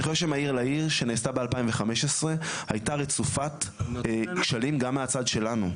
אני חושב שמהיר לעיר שנעשתה ב-2015 הייתה רצופת כשלים גם מהצד שלנו,